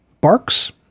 Barks